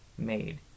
Made